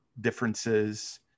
differences